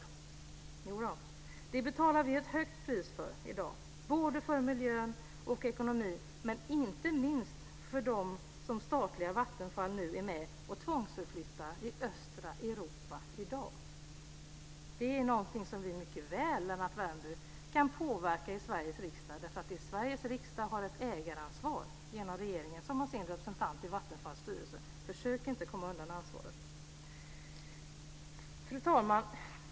Jodå, det betalar vi ett högt pris för i dag, både för miljön och för ekonomin men inte minst också för dem som statliga Vattenfall nu är med och tvångsförflyttar i östra Europa i dag. Det är något som vi mycket väl, Lennart Värmby, kan påverka i Sveriges riksdag. Sveriges riksdag har ett ägaransvar genom regeringen, som har sin representant i Vattenfalls styrelse. Försök inte komma undan ansvaret. Fru talman!